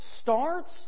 starts